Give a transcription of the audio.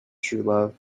truelove